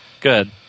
good